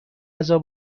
غذا